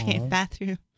bathroom